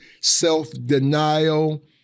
self-denial